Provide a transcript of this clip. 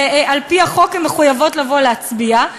על-פי החוק הן מחויבות לבוא ולהצביע,